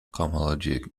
cohomology